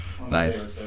Nice